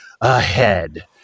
ahead